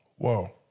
Whoa